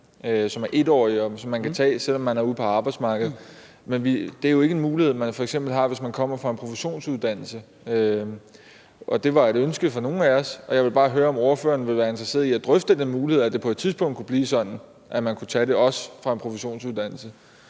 som er 1-årig, og som man kan tage, selv om man er ude på arbejdsmarkedet, men det er jo ikke en mulighed, man har, hvis man f.eks. kommer fra en professionsuddannelse, og det var et ønske fra nogle af os, at det skulle blive muligt, så jeg vil bare høre, om ordføreren vil være interesseret i at drøfte den mulighed, at det på et tidspunkt kunne blive sådan, at man også kunne tage det i forlængelse af en professionsuddannelse.